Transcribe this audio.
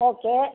okay